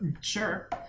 Sure